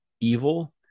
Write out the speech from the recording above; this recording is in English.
evil